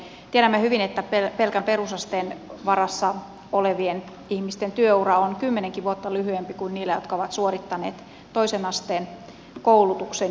tiedämme hyvin että pelkän perusasteen varassa olevien ihmisten työura on kymmenenkin vuotta lyhyempi kuin niillä jotka ovat suorittaneet toisen asteen koulutuksen